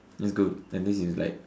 let's go and this is like